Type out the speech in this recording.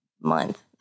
month